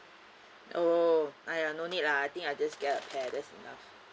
oh !aiya! no need lah I think I just get a pair that's enough